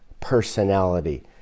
personality